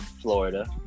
Florida